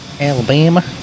Alabama